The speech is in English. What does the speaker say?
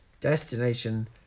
Destination